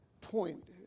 point